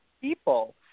people